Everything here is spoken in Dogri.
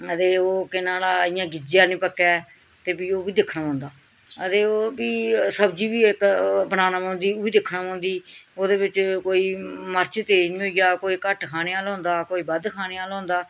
आ ते ओह् केह् नांऽ नुआड़ा इ'यां गिज्झा नी पक्कै ते फ्ही ओह् बी दिक्खना पौंदा आ ते ओह् फ्ही सब्ज़ी बी इक बनाना पौंदी ओह् बी दिक्खनी पौंदी ओह्दे बिच्च कोई मरच तेज़ नी होई जा कोई घट्ट खाने आह्ला होंदा कोई बद्ध खाने आह्ला होंदा